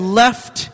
left